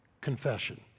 Confession